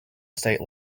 state